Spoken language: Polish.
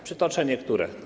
Przytoczę niektóre.